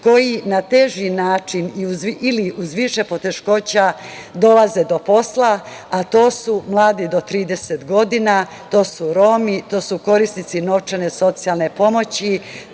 koji na teži način ili uz više poteškoća dolaze do posla, a to su mladi do 30 godina, to su Romi, to su korisnici novčane socijalne pomoći,